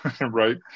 right